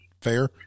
fair